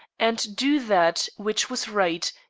and do that which was right,